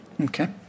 Okay